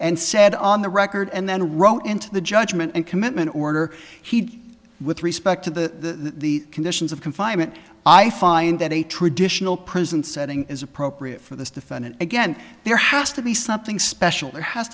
and said on the record and then wrote into the judgment and commitment order he with respect to the conditions of confinement i find that a traditional prison setting is appropriate for this defendant again there has to be something special there has